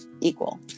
equal